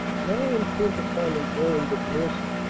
now intent upon an errand of mercy.